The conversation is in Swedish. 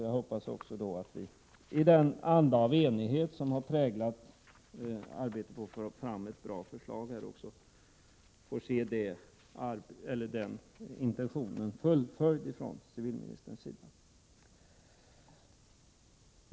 Jag hoppas att civilministern fullföljer dessa intentioner i den anda av enighet som har präglat arbetet när det gäller att få fram ett bra förslag.